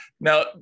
Now